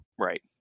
right